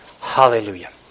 Hallelujah